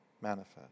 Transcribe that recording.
manifest